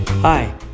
Hi